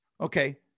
Okay